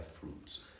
fruits